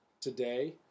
today